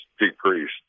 decreased